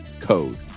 code